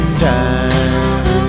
time